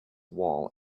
wall